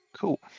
Cool